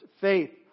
faith